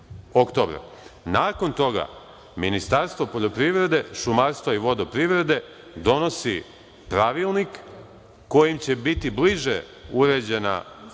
toga, Ministarstvo poljoprivrede, šumarstva i vodoprivrede donosi Pravilnik kojim će biti bliže uređena